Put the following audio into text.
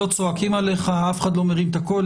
לא צועקים עליך, אף אחד לא מרים את הקול.